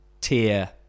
tier